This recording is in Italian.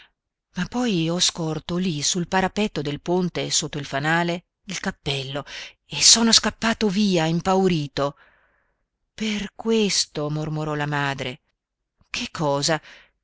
ma poi ho scorto lì sul parapetto del ponte sotto il fanale il cappello e sono scappato via impaurito per questo mormorò la madre che cosa